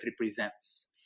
represents